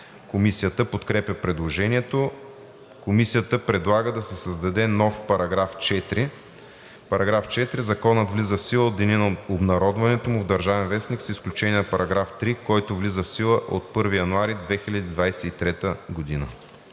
Комисията подкрепя предложението. Комисията предлага да се създаде нов § 4: „§ 4. Законът влиза в сила от деня на обнародването му в „Държавен вестник“, с изключение на § 3, който влиза в сила от 1 януари 2023 г.“.